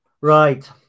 Right